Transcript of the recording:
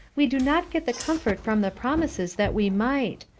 we do not get the comfort from the promises that we might.